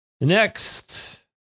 Next